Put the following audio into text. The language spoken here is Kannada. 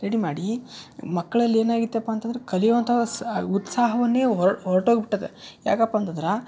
ರೆಡಿ ಮಾಡಿ ಮಕ್ಳಲ್ಲಿ ಏನಾಗಿತ್ತಪ್ಪ ಅಂತಂದ್ರ ಕಲಿಯುವಂಥ ಉತ್ಸಾಹವನ್ನೇ ಹೊರ್ ಹೊರ್ಟೋಗ್ಬಿಟ್ಟದ ಯಾಕಪ್ಪ ಅಂತಂದ್ರ